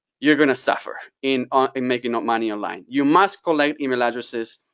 you're going to suffer in um and making money online. you must collect email addresses,